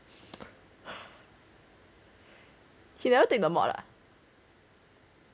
he never take the mod ah